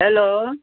hello